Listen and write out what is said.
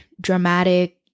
dramatic